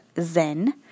Zen